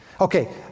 Okay